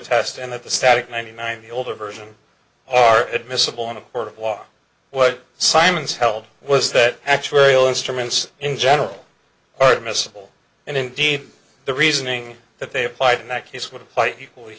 test and that the static ninety nine older version or admissible in a court of law what simon's held was that actuarial instruments in general are admissible and indeed the reasoning that they applied in that case would apply equally